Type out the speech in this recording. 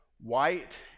White